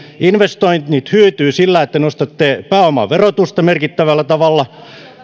investoinnit hyytyvät sillä että nostatte pääomaverotusta merkittävällä tavalla